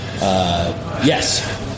Yes